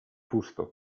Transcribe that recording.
fusto